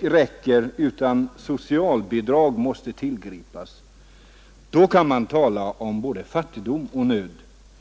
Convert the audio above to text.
räcker utan socialbidrag måste tillgripas — då kan man tala om både fattigdom och nöd.